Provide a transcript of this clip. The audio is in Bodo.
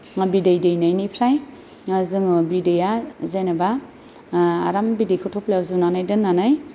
मा बिदै दैनायनिफ्राय जोङो बिदैया जेनेबा आराम बिदैखौ थफ्लायाव जुनानै दोननानै